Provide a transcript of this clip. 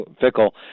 Fickle